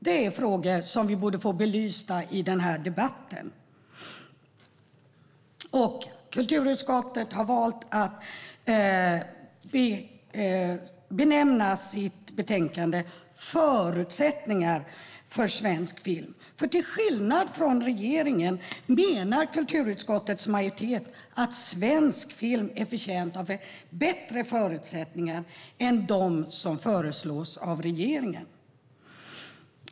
Det är frågor som vi borde få belysta i den här debatten. Kulturutskottet har valt att benämna sitt betänkande Förutsättningar för svensk film . Till skillnad från regeringen menar kulturutskottets majoritet att svensk film är förtjänt av bättre förutsättningar än dem som föreslås av regeringen.